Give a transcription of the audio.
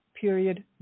period